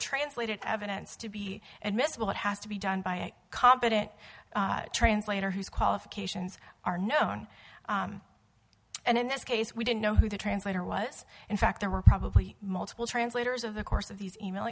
translated evidence to be and miss what has to be done by a competent translator whose qualifications are known and in this case we didn't know who the translator was in fact there were probably multiple translators of the course of these e mail